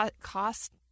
cost